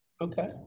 Okay